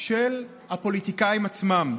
של הפוליטיקאים עצמם,